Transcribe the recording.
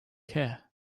care